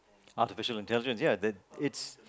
artificial intelligence ya that it's